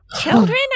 Children